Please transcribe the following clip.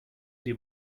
dir